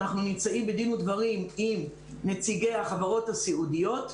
אנחנו נמצאים בדין ודברים עם נציגי החברות הסיעודיות.